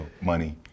money